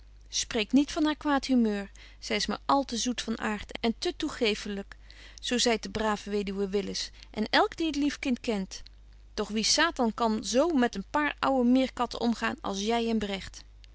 niet van haar kwaad humeur zy is maar al te zoet van aart en te toegeeffelyk zo zeidt de brave weduwe willis en elk die het lief kind kent doch wie satan kan met zo een paar ouwe meerkatten omgaan als jy en bregt